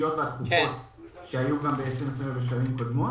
ההמשכיות והדחופות שהיו גם ב-2020 ובשנים קודמות,